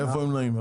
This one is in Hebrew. מאיפה הם נעים?